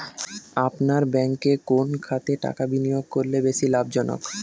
আপনার ব্যাংকে কোন খাতে টাকা বিনিয়োগ করলে বেশি লাভজনক?